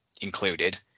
included